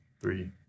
Three